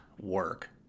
work